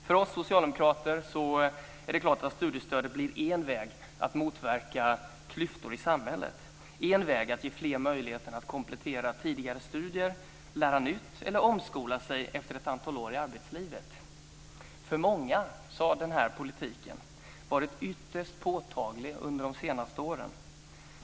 För oss socialdemokrater är det klart att studiestödet blir en väg för att motverka klyftor i samhället, en väg för att ge fler möjligheten att komplettera tidigare studier, lära nytt eller omskola sig efter ett antal år i arbetslivet. För många har den här politiken varit ytterst påtaglig under de senaste åren.